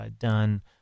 done